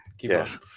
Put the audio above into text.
yes